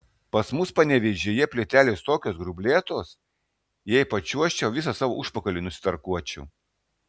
pas mus panevėžyje plytelės tokios grublėtos jei pačiuožčiau visą savo užpakalį nusitarkuočiau